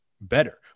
better